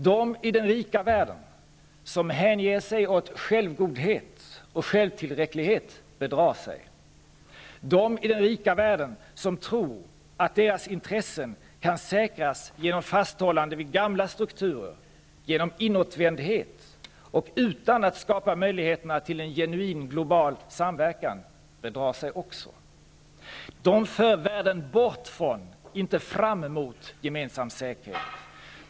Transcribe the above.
De i den rika världen som hänger sig åt självgodhet och självtillräcklighet bedrar sig. De i den rika världen som tror att deras intressen kan säkras genom fasthållandet vid gamla strukturer, genom inåtvändhet och utan att skapa möjligheterna till genuin global samverkan bedrar sig också. De för världen bort från, inte fram mot, gemensam säkerhet.